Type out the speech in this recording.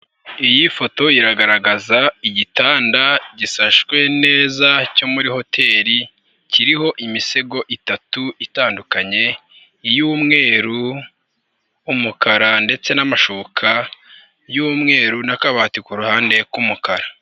Iyi foto iragaragaza igitanda gisashwe neza cyo muri hoteri, kiriho imisego itatu itandukanye, iy'umweru, umukara ndetse n'amashuka y'umweru n'akabati kuruhande k'umukara.